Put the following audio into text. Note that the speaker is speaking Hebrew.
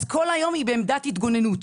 אז כל היום היא בעמדת התגוננות.